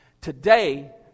Today